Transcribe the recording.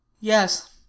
Yes